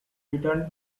returned